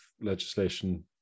legislation